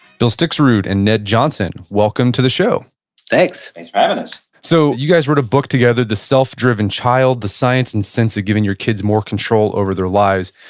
bill stixrud and ned johnson, welcome to the show thanks thanks for having and us so you guys wrote a book together, the self-driven child, the science and sense of giving your kids more control over their lives.